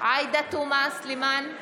עאידה תומא סלימאן,